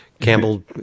Campbell